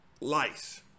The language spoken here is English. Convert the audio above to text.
Lice